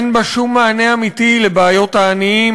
אין בה שום מענה אמיתי לבעיות העניים,